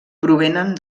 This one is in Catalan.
provenen